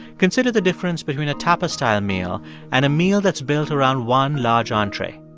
consider the difference between a tapas-style meal and a meal that's built around one large entree.